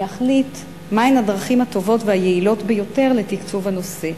אני אחליט מהן הדרכים הטובות והיעילות ביותר לתקצוב הנושא.